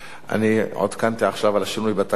עודכנתי עכשיו על השינוי בתקנון.